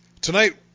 Tonight